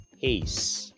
peace